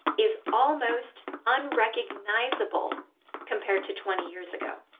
is almost unrecognisable compared to twenty years ago